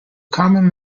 common